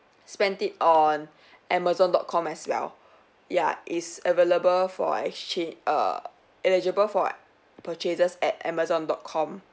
spend it on amazon dot com as well ya it's available for exchange err eligible for purchases at amazon dot com